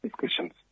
discussions